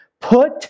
Put